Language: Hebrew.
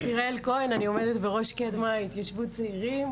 כהן אני עומדת בראש קדמה התיישבות צעירים.